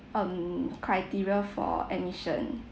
um criteria for admission